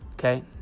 Okay